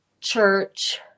church